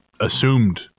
assumed